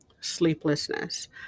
sleeplessness